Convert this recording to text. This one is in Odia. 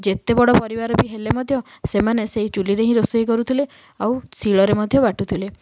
ଯେତେ ବଡ଼ ପରିବାର ବି ହେଲେ ମଧ୍ୟ ସେମାନେ ସେଇ ଚୁଲିରେ ହିଁ ରୋଷେଇ କରୁଥିଲେ ଆଉ ଶିଳରେ ମଧ୍ୟ ବାଟୁଥିଲେ